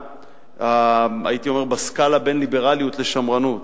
הייתי אומר בסקאלה בין ליברליות לשמרנות.